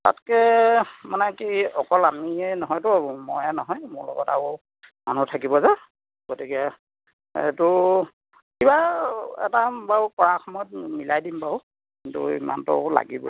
তাতকৈ মানে কি অকল আমিয়ে নহয়টো মইয়ে নহয় মোৰ লগত আৰু মানুহ থাকিব যে গতিকে এইটো কিবা এটা বাৰু কৰাৰ সময়ত মিলাই দিম বাৰু কিন্তু ইমানটো লাগিবই আৰু